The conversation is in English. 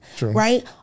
right